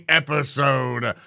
episode